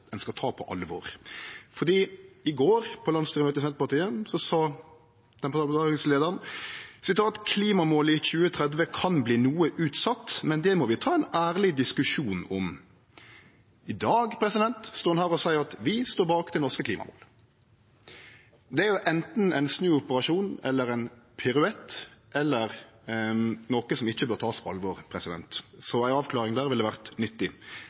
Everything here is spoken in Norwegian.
ein skal ta på alvor. For i går, på landsstyremøtet i Senterpartiet, sa den parlamentariske leiaren at «klimamål i 2030 kan bli noe utsatt, men det må vi ta en ærlig diskusjon om.» I dag står ho her og seier at vi står bak dei norske klimamåla. Det er jo anten ein snuoperasjon eller ein piruett eller noko som ein ikkje bør ta på alvor, så ei avklaring der ville vore nyttig.